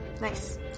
Nice